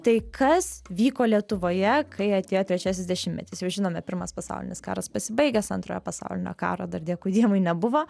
tai kas vyko lietuvoje kai atėjo trečiasis dešimtmetis jau žinome pirmas pasaulinis karas pasibaigęs antrojo pasaulinio karo dar dėkui dievui nebuvo